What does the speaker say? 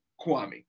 Kwame